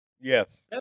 Yes